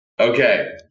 Okay